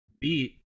beat